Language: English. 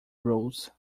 rules